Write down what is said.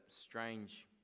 strange